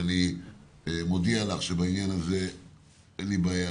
ואני מודיע לך שבעניין הזה אין לי בעיה,